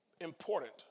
important